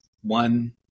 one